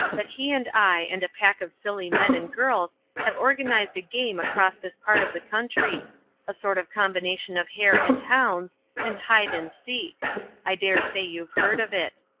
that he and i and a pack of silly men and girls have organized a game across this part of the country a sort of combination of hare and hounds and hide and seek i dare say you've heard of it.